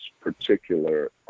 particular